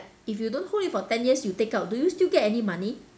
if you don't hold it for ten years you take out do you still get any money